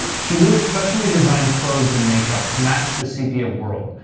she wore specially designed clothes and makeup to match the sepia world,